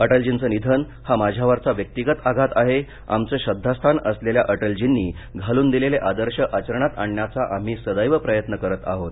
अटलजींचं निधन हा माझ्यावरचा व्यक्तिगत आघात आहे आमचं श्रद्वास्थान असलेल्या अटलजींनी घालून दिलेले आदर्श आचरणात आणण्याचा आम्ही सदैव प्रयंत्न करत आहोत